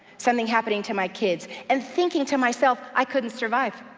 something happening to my kids, and thinking to myself i couldn't survive.